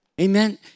amen